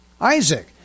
Isaac